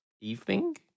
evening